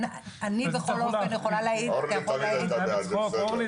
אני בכל אופן יכולה להעיד --- אורלי תמיד הייתה בעד,